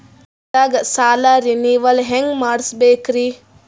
ಬ್ಯಾಂಕ್ದಾಗ ಸಾಲ ರೇನೆವಲ್ ಹೆಂಗ್ ಮಾಡ್ಸಬೇಕರಿ?